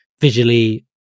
visually